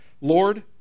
Lord